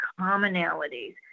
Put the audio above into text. commonalities